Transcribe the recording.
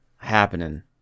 Happening